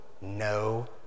no